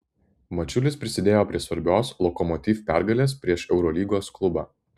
mačiulis prisidėjo prie svarbios lokomotiv pergalės prieš eurolygos klubą